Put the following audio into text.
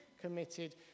committed